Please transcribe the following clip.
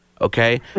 Okay